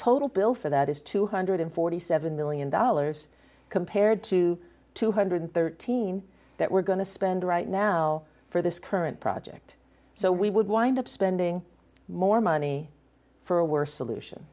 total bill for that is two hundred forty seven million dollars compared to two hundred thirteen that we're going to spend right now for this current project so we would wind up spending more money for a worse solution